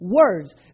Words